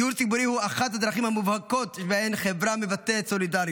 דיור ציבורי הוא אחת הדרכים המובהקות שבהן חברה מבטאת סולידריות.